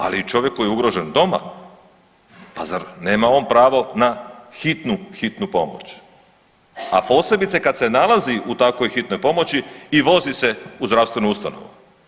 Ali čovjek koji je ugrožen doma, pa zar nema on pravo na hitnu, hitnu pomoć a posebice kad se nalazi u takvoj hitnoj pomoći i vozi se u zdravstvenu ustanovu.